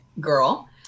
girl